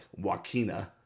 joaquina